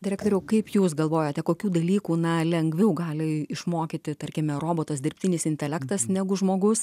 direktoriau kaip jūs galvojate kokių dalykų na lengviau gali išmokyti tarkime robotas dirbtinis intelektas negu žmogus